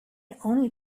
only